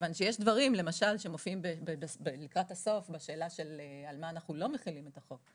יש לקראת הסוף דברים שעוסקים בשאלה על מה אנחנו לא מחילים את החוק,